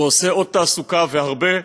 ויוצר עוד תעסוקה והרבה,